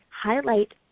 highlight